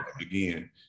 again